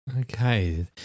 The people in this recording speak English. Okay